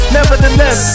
Nevertheless